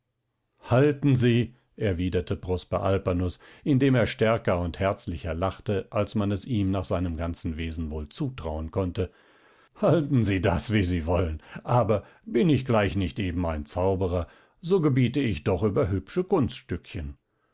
halten sie erwiderte prosper alpanus indem er stärker und herzlicher lachte als man es ihm nach seinem ganzen wesen wohl zutrauen konnte halten sie das wie sie wollen aber bin ich gleich nicht eben ein zauberer so gebiete ich doch über hübsche kunststückchen